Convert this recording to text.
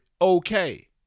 okay